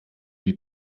die